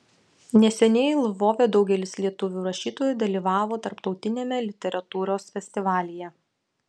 neseniai lvove daugelis lietuvių rašytojų dalyvavo tarptautiniame literatūros festivalyje